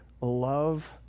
love